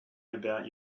about